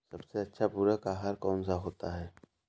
सबसे अच्छा पूरक आहार कौन सा होता है?